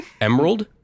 emerald